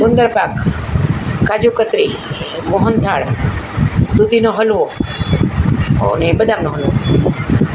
ગુંદરપાક કાજુ કતરી મોહનથાળ દૂધીનો હલવો અને બદામનો હલવો